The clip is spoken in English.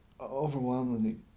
overwhelmingly